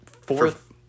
fourth